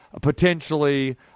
potentially